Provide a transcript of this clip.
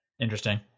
Interesting